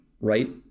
right